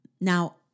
Now